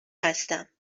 هستم